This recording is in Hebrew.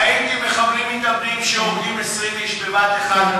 ראיתי מחבלים מתאבדים שהורגים 20 איש בבת אחת,